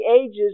ages